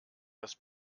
das